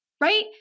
right